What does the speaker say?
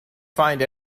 find